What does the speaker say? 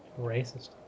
Racist